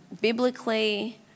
Biblically